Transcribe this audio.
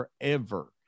forever